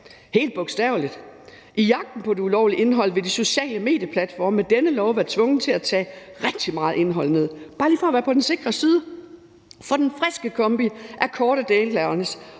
helt bogstaveligt. I jagten på det ulovlige indhold vil de sociale medieplatforme med denne lov være tvunget til at tage rigtig meget indhold ned bare lige for at være på den sikre side. For den friske kombi af korte deadlines